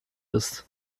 ist